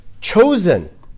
chosen